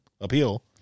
appeal